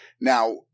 Now